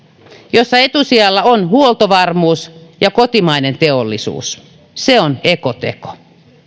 jolloin etusijalla ovat huoltovarmuus ja kotimainen teollisuus se on ekoteko